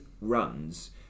runs